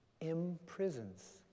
imprisons